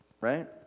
Right